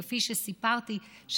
כפי שסיפרתי,